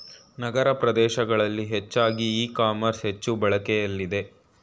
ನಗರ ಪ್ರದೇಶಗಳಲ್ಲಿ ಹೆಚ್ಚಾಗಿ e commerce ಹೆಚ್ಚು ಬಳಕೆಲಿದೆ